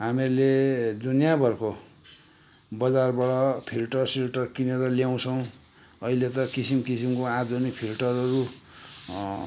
हामिरले दुनियाँभरको बजारबाट फिल्टर सिल्टर किनेर ल्याउँछौँ अहिले त किसिम किसिमको आधुनिक फिल्टरहरू